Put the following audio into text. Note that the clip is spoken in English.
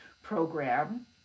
Program